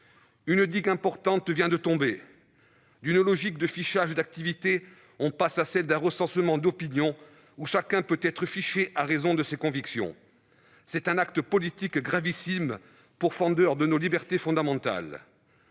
Une digue importante vient de céder : d'une logique de fichage des activités, on passe à celle d'un recensement des opinions, chacun pouvant être fiché à raison de ses convictions. C'est un acte politique gravissime, pourfendeur de nos libertés fondamentales.